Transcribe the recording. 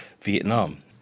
Vietnam